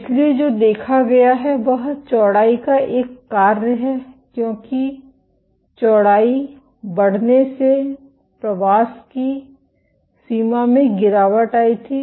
इसलिए जो देखा गया है वह चौड़ाई का एक कार्य है क्योंकि चौड़ाई बढ़ने से प्रवास की सीमा में गिरावट आई थी